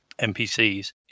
NPCs